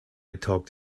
talked